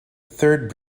third